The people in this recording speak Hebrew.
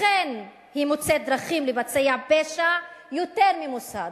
לכן היא מוצאת דרכים לבצע פשע יותר ממוסד,